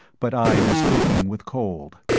but i was aching with cold.